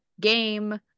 game